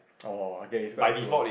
oh okay it's quite true also